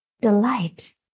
delight